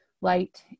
light